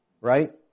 right